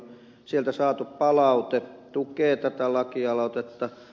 sieltä saatu palaute tukee tätä lakialoitetta